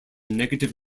negative